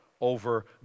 over